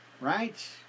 Right